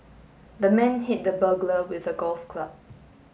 the man hit the burglar with a golf club